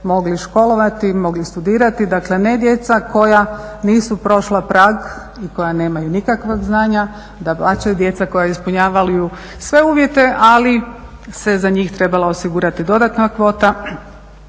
mogli školovati, mogli studirati. Dakle ne djeca koja nisu prošla prag i koja nemaju nikakvog znanja, dapače djeca koja ispunjavaju sve uvjete, ali se za njih trebala osigurati dodatna kvota.